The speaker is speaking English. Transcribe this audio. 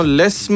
less